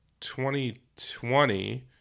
2020